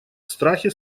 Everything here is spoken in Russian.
страхе